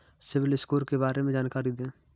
CIBIL score के बारे में जानकारी दें?